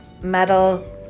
Metal